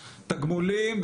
תגמולים,